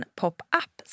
pop-up